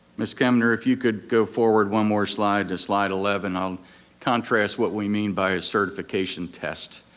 miss kemner, if you could go forward one more slide to slide eleven, i'll contrast what we mean by a certification test.